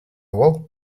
walked